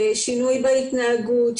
שינוי בהתנהגות,